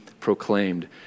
proclaimed